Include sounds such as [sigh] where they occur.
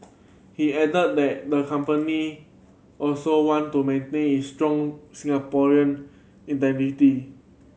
he added that the company also want to maintain its strong Singaporean [unintelligible]